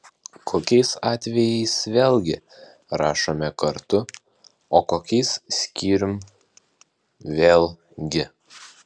kokiais atvejais vėlgi rašome kartu o kokiais skyrium vėl gi